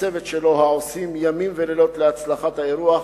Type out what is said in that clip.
לצוות שלו, העושים ימים ולילות להצלחת האירוע,